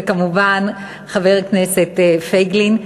וכמובן חבר הכנסת פייגלין,